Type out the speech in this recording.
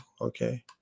Okay